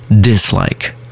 dislike